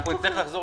נצטרך לחזור